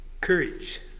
courage